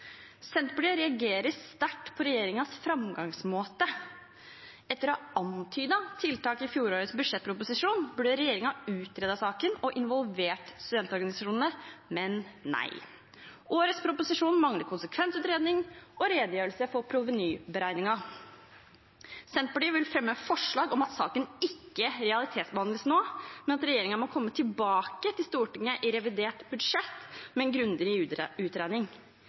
Senterpartiet reagerer sterkt på regjeringens framgangsmåte. Etter å ha antydet tiltak i fjorårets budsjettproposisjon burde regjeringen utredet saken og involvert studentorganisasjonene. Men nei, årets proposisjon mangler konsekvensutredning og redegjørelse for provenyberegningen. Senterpartiet vil fremme forslag om at saken ikke realitetsbehandles nå, men at regjeringen må komme tilbake til Stortinget i revidert budsjett med en grundigere